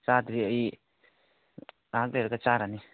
ꯆꯥꯗ꯭ꯔꯤ ꯑꯩ ꯉꯥꯏꯍꯥꯛ ꯂꯩꯔꯒ ꯆꯥꯔꯅꯤ